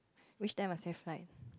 wish them a safe flight